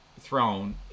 throne